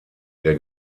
der